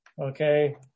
okay